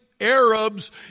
Arabs